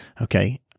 Okay